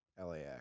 LAX